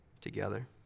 together